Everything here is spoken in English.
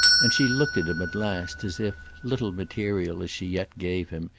and she looked at him at last as if, little material as she yet gave him,